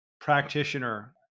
practitioner